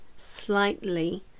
slightly